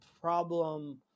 problem